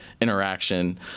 interaction